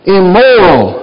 immoral